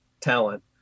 talent